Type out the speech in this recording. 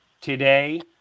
today